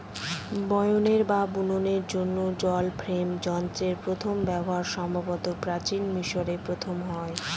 বয়নের বা বুননের জন্য জল ফ্রেম যন্ত্রের প্রথম ব্যবহার সম্ভবত প্রাচীন মিশরে প্রথম হয়